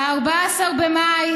14 במאי